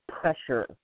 pressure